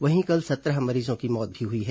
वहीं कल सत्रह मरीजों की मौत भी हुई है